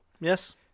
Yes